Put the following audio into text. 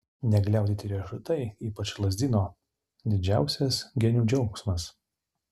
negliaudyti riešutai ypač lazdyno didžiausias genių džiaugsmas